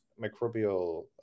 microbial